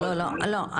לא,